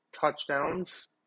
touchdowns